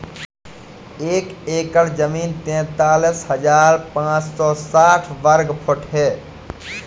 एक एकड़ जमीन तैंतालीस हजार पांच सौ साठ वर्ग फुट है